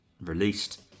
released